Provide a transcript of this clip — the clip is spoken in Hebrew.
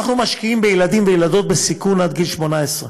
אנחנו משקיעים בילדים וילדות בסיכון עד גיל 18,